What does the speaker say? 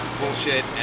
bullshit